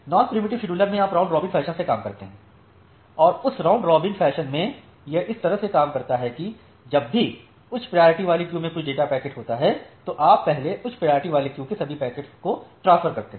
non preemptive scheduler में आप round robin fashion में काम करते हैं और उस राउंड रॉबिन फैशन में यह इस तरह से काम करता है कि जब भी उच्च प्रायोरिटी वाली क्यू में कुछ डेटा पैकेट्स होता है तो आप पहले उच्च प्रायोरिटी वाली क्यू के सभी पैकेट्स ट्रांसफर करते हैं